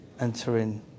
entering